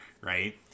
right